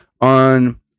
on